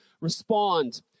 respond